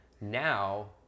Now